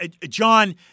John